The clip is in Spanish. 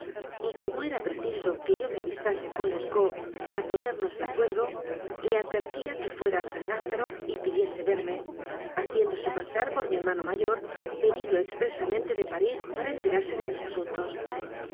y como era preciso que yo me avistase con lescaut para ponernos de acuer do le advertía que fuera a san lázaro y pidiese verme haciéndose pasar por mi hermano mayor venido expresamente de parís para enterarse de mis asuntos